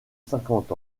cinquante